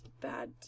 Bad